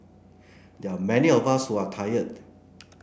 there are many of us who are tired